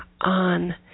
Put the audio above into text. on